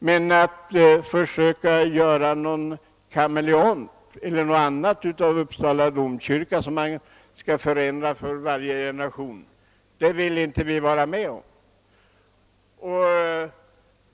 Men att försöka göra ett slags kameleont av Uppsala domkyrka, något som förändras för varje generation, vill vi inte vara med om.